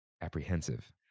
apprehensive